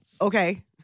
Okay